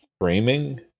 framing